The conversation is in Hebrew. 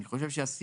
אני חושב שהשיח,